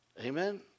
Amen